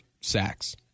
sacks